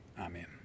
amen